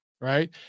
right